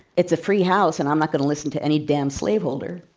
it's a free house and i'm ah going to listen to any damn slave holder.